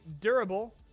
durable